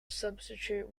substitute